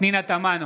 פנינה תמנו,